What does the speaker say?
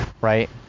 right